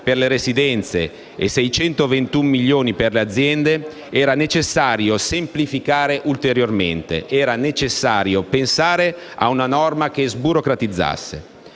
per le residenze e 621 milioni per le aziende, era necessario semplificare ulteriormente, era necessario pensare a una norma che sburocratizzasse,